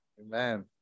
amen